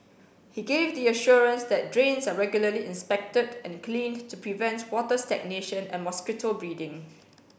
he gave the assurance that drains are regularly inspected and cleaned to prevent water stagnation and mosquito breeding